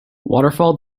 waterfall